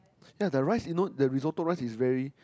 yea the rice you know the Risotto rice is very